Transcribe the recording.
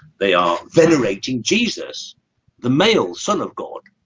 they are venerating jesus the male son of god.